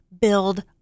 build